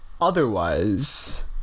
Otherwise